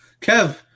Kev